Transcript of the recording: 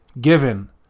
given